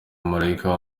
malayika